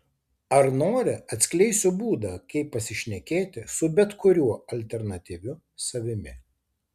ar nori atskleisiu būdą kaip pasišnekėti su bet kuriuo alternatyviu savimi